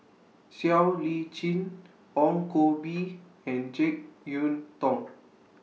Siow Lee Chin Ong Koh Bee and Jek Yeun Thong